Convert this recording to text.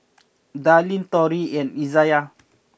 Darlene Tori and Izayah